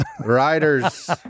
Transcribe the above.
Riders